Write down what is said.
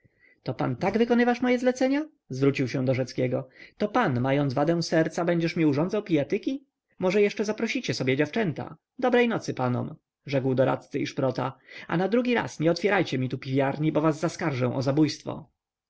to pan tak wykonywasz moje zlecenia zwrócił się do rzeckiego to pan mając wadę serca będziesz mi urządzał pijatyki może jeszcze zaprosicie sobie dziewczęta dobrej nocy panom rzekł do radcy i szprota a na drugi raz nie otwierajcie mi tu piwiarni bo was zaskarżę o zabójstwo